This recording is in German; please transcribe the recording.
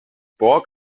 burg